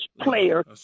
player